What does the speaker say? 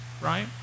right